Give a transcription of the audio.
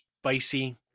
spicy